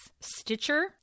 Stitcher